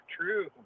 true